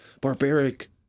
Barbaric